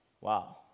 Wow